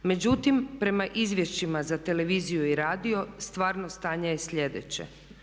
Međutim, prema izvješćima za televiziju i radio stvarno stanje je sljedeće.